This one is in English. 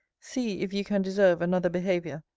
see, if you can deserve another behaviour,